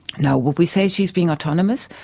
now would we say she is being autonomous?